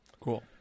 Cool